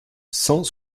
cent